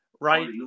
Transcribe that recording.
Right